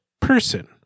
person